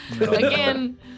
Again